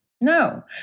No